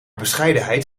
bescheidenheid